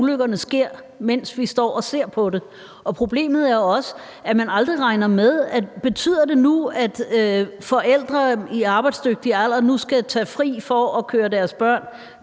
at ulykkerne sker, mens vi står og ser på det. Problemet er også, at man aldrig medregner, om det betyder, at forældre i den arbejdsdygtige alder nu skal tage fri for at køre deres børn